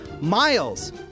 Miles